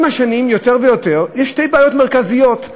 עם השנים, יש שתי בעיות מרכזיות.